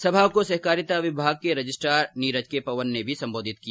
सभा को सहकारिता विभाग के रजिस्ट्रार नीरज के पवन ने भी संबोधित किया